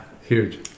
huge